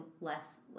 less